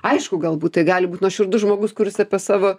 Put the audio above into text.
aišku galbūt tai gali būt nuoširdus žmogus kuris apie savo